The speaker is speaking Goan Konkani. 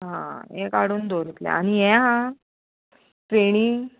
आं हें काडून दवर आनी हें हां फेणी